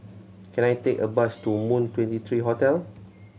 can I take a bus to Moon Twenty three Hotel